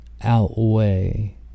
outweigh